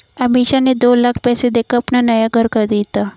अमीषा ने दो लाख पैसे देकर अपना नया घर खरीदा